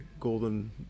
golden